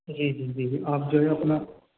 جی جی جی آپ جو ہے اپنا